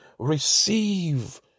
Receive